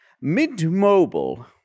Mid-mobile